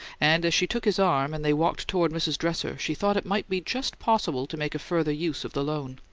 and as she took his arm and they walked toward mrs. dresser, she thought it might be just possible to make a further use of the loan.